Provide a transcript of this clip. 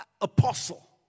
apostle